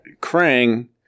krang